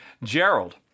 gerald